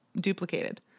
Duplicated